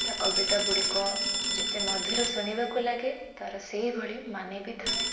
ତା' କବିତା ଗୁଡ଼ିକ ଯେତେ ମଧୁର ଶୁଣିବାକୁ ଲାଗେ ତା'ର ସେହିଭଳି ମାନେ ବି ଥାଏ